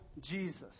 Jesus